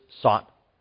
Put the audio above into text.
sought